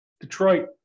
Detroit